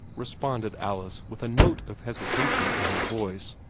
responded alice, with a note of hesitation in her voice.